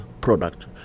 product